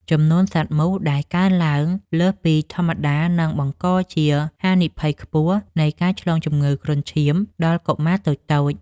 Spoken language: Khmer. ចំនួនសត្វមូសដែលកើនឡើងលើសពីធម្មតានឹងបង្កជាហានិភ័យខ្ពស់នៃការឆ្លងជំងឺគ្រុនឈាមដល់កុមារតូចៗ។